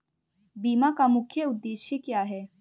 बीमा का मुख्य उद्देश्य क्या है?